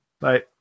Bye